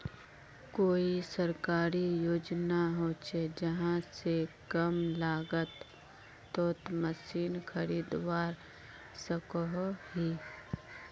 कोई सरकारी योजना होचे जहा से कम लागत तोत मशीन खरीदवार सकोहो ही?